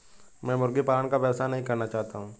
मैं मुर्गी पालन का व्यवसाय नहीं करना चाहता हूँ